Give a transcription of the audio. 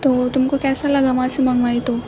تو وہ تم کو کیسا لگا وہاں سے منگوائی تو